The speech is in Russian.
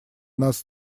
нас